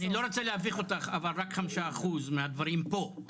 אני לא רוצה להביך אותך, אבל רק 5% מהדברים פה.